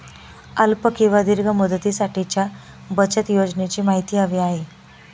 अल्प किंवा दीर्घ मुदतीसाठीच्या बचत योजनेची माहिती हवी आहे